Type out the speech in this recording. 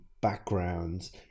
backgrounds